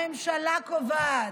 הממשלה קובעת,